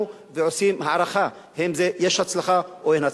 ועושים הערכה אם יש הצלחה או אין הצלחה.